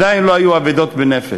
עדיין לא היו אבדות בנפש.